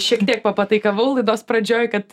šiek tiek papataikavau laidos pradžioj kad